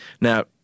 Now